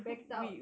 we backed out